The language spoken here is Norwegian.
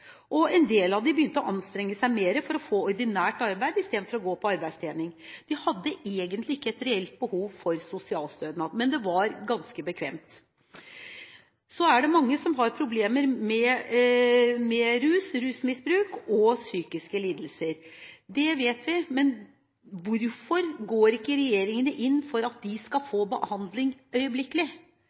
og en del av dem begynte å anstrenge seg mer for å få ordinært arbeid i stedet for å gå på arbeidstrening. De hadde egentlig ikke et reelt behov for sosialstønad. Men det var ganske bekvemt. Så er det mange som har problemer med rusmisbruk og psykiske lidelser. Det vet vi, men hvorfor går ikke regjeringen inn for at de skal få behandling øyeblikkelig?